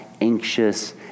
anxious